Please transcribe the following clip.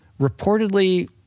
Reportedly